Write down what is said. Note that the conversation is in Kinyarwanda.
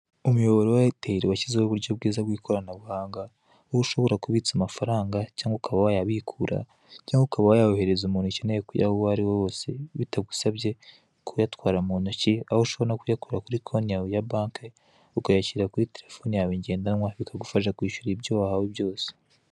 Umuyoboro wa Airtel washyizeho uburyo bwiza bw'ikoranabuhanga, aho ushobora kubitsa amafaranga, cyangwa ukaba wayabikura, cyangwa ukaba wayohereza umuntu ukeneye kuyaha uwo ari we wose, bitagusabye kuyatwara mu ntoki, aho ushobora no kuyakura kuri konti yawe ukayashyira kuri telefone yawe ngendanwa, bikagufasha kwishyura ibyo wahawe byose.